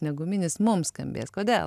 ne guminis mums skambės kodėl